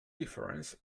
difference